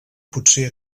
potser